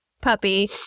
puppy